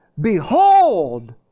behold